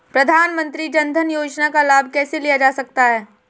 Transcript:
प्रधानमंत्री जनधन योजना का लाभ कैसे लिया जा सकता है?